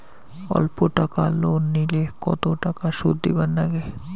অল্প টাকা লোন নিলে কতো টাকা শুধ দিবার লাগে?